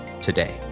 today